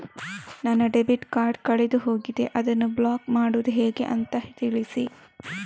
ನನ್ನ debit card ಕಳೆದು ಹೋಗಿದೆ, ಅದನ್ನು ಬ್ಲಾಕ್ ಮಾಡುವುದು ಹೇಗೆ ಅಂತ ತಿಳಿಸಿ?